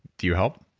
do you help?